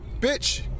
Bitch